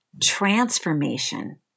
transformation